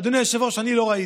אדוני היושב-ראש, אני לא ראיתי.